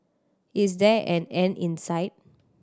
is there an end in sight